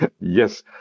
yes